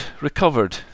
recovered